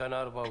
תקנה 4 אושרה.